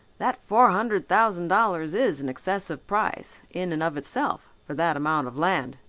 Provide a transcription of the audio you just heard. that four hundred thousand dollars is an excessive price, in and of itself, for that amount of land.